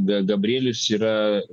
gabrielius yra